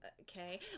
okay